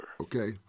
Okay